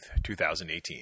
2018